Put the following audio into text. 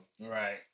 Right